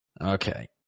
Okay